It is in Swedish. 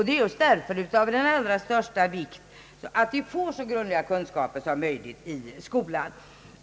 Det är därför av den allra största vikt att de får så grundliga kunskaper som möjligt i skolan.